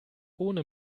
ohne